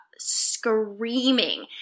screaming